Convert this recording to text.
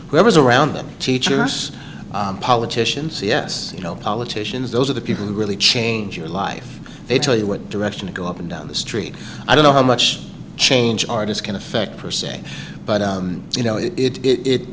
whoever's around the teachers politicians yes you know politicians those are the people who really change your life they tell you what direction to go up and down the street i don't know how much change artists can affect per se but you know if it